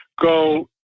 go